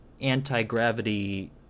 anti-gravity